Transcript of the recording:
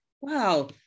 wow